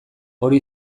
hori